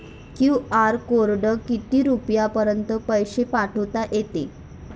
QR कोडनं किती रुपयापर्यंत पैसे पाठोता येते?